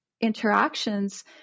interactions